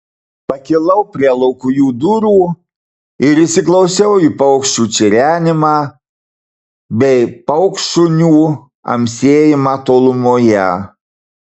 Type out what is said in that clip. pakilau prie laukujų durų ir įsiklausiau į paukščių čirenimą bei paukštšunių amsėjimą tolumoje